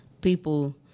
people